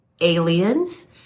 aliens